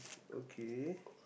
okay